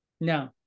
No